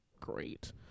great